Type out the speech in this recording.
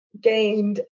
gained